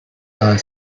are